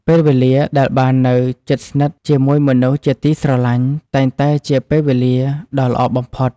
ពេលវេលាដែលបាននៅជិតស្និទ្ធជាមួយមនុស្សជាទីស្រឡាញ់ តែងតែជាពេលវេលាដ៏ល្អបំផុត។